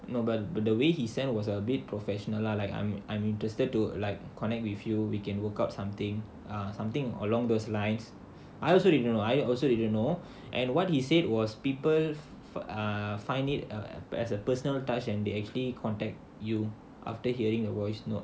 no but the way he sent was a bit professional lah like I'm I'm interested to like connect with you we can work out something ah something along those lines I also didn't know I also didn't know and what he said was people for err find it err as a personal touch and they actually contact you after hearing the voice note